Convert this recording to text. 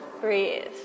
breathe